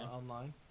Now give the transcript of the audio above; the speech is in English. Online